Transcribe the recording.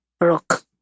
rock